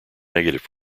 negative